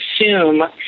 assume